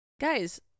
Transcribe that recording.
Guys